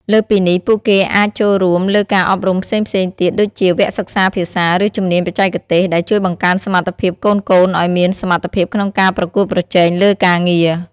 លើសពីនេះ ពួកគេអាចចូលរួមលើការអប់រំផ្សេងៗទៀតដូចជា វគ្គសិក្សាភាសា ឬជំនាញបច្ចេកទេស ដែលជួយបង្កើនសមត្ថភាពកូនៗឱ្យមានសមត្ថភាពក្នុងការប្រកួតប្រជែងលើការងារ។